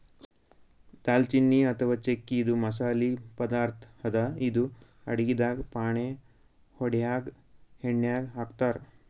ದಾಲ್ಚಿನ್ನಿ ಅಥವಾ ಚಕ್ಕಿ ಇದು ಮಸಾಲಿ ಪದಾರ್ಥ್ ಅದಾ ಇದು ಅಡಗಿದಾಗ್ ಫಾಣೆ ಹೊಡ್ಯಾಗ್ ಎಣ್ಯಾಗ್ ಹಾಕ್ತಾರ್